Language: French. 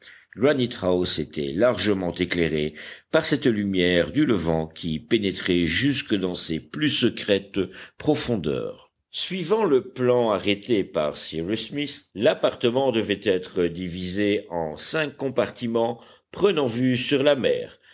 était largement éclairé par cette lumière du levant qui pénétrait jusque dans ses plus secrètes profondeurs suivant le plan arrêté par cyrus smith l'appartement devait être divisé en cinq compartiments prenant vue sur la mer